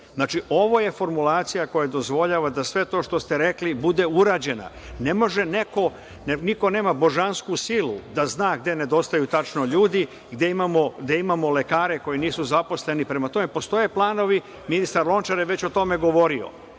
ovo je formulacija koja dozvoljava da sve to što ste rekli bude urađeno. Niko nema božansku silu da zna gde nedostaju tačno ljudi, gde imamo lekare koji nisu zaposleni. Prema tome, postoje planovi, ministar Lončar je već o tome govorio.